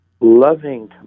loving